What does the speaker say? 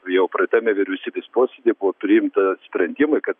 jau praeitame vyriausybės posėdyje buvo priimta sprendimai kad